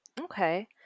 Okay